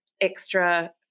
extra